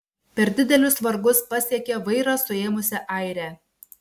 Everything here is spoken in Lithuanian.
per didelius vargus pasiekė vairą suėmusią airę